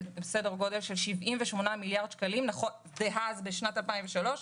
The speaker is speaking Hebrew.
בסדר גודל של 78 מיליארד שקלים בשנת 2003,